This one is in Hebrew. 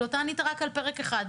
אתה ענית רק על פרק אחד.